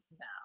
No